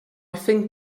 think